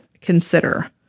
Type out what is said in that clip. consider